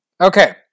Okay